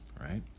right